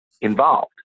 involved